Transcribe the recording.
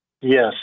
Yes